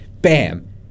bam